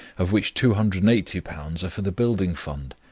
of which two hundred and eighty pounds are for the building fund,